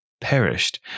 perished